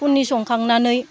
फुंनि संखांनानै